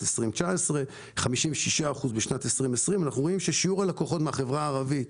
2019 והיה 56% בשנת 2020. אנחנו רואים ששיעור הלקוחות מן החברה הערבית